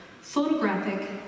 photographic